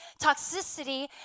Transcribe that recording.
Toxicity